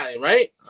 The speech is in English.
right